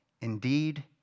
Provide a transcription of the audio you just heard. Indeed